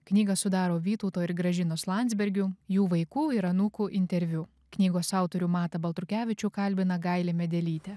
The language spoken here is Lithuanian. knygą sudaro vytauto ir gražinos landsbergių jų vaikų ir anūkų interviu knygos autorių matą baltrukevičių kalbina gailė medelytė